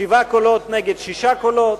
שבעה קולות נגד שישה קולות,